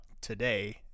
today